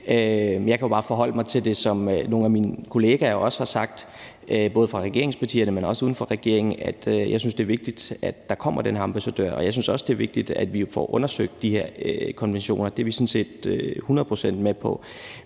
Jeg kan bare sige det samme, som nogle af min kollegaer både fra regeringspartierne, men også uden for regeringen, har sagt, nemlig at jeg synes, det er vigtigt, at der kommer den her ambassadør, og at jeg også synes, det er vigtigt, at vi får undersøgt de her konventioner. Det er vi sådan set hundrede procent med på.